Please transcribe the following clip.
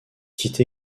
quitte